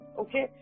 okay